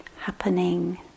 happening